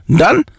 done